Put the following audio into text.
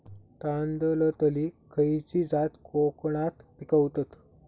तांदलतली खयची जात कोकणात पिकवतत?